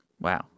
wow